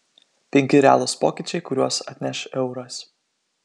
penki realūs pokyčiai kuriuos atneš euras